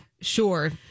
Sure